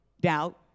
doubt